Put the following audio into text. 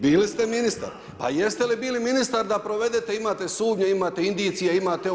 Bili ste ministar, pa jeste li bili ministar da provedete, imate sumnje, imate indicije, imate ovo.